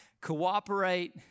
cooperate